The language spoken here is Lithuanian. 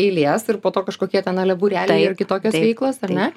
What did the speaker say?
eilės ir po to kažkokie ten ale būreliai ar kitokios veiklos ar ne